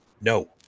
No